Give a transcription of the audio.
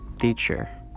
teacher